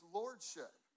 lordship